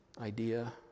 idea